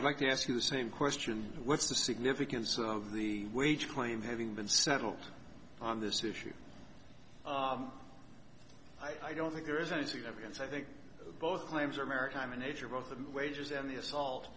much like to ask you the same question what's the significance of the wage claim having been settled on this issue i don't think there is any significance i think both claims are maritime in nature both the wages and the assault